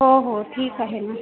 हो हो ठीक आहे ना